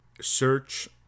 Search